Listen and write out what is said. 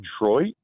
Detroit